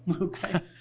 Okay